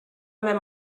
haver